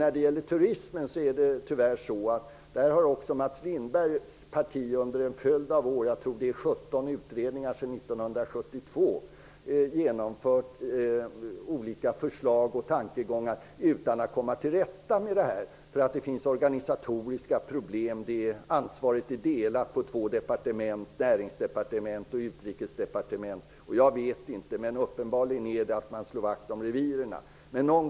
När det gäller turismen har tyvärr också Mats Lindbergs parti framfört olika förslag och tankegångar utan att komma till rätta med frågan, efter kanske 17 utredningar sedan 1972. Det finns organisatoriska problem. Ansvaret är delat på två departement, Närings och Utrikesdepartementen, och man slår uppenbarligen vakt om reviren.